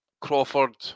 Crawford